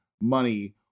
money